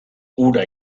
hura